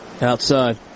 outside